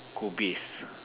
kobis